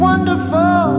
Wonderful